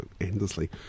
endlessly